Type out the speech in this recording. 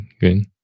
good